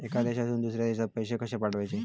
एका देशातून दुसऱ्या देशात पैसे कशे पाठवचे?